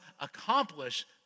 accomplish